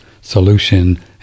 solution